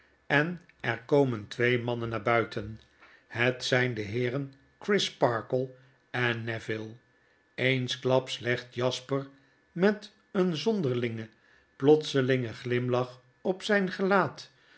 en er komen twee mannen naar buiten het zijn de heeren crisparkle en neville eensklaps legt jasper met een zonderlingen plotselingen fpilach op zyn gelaat